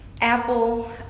Apple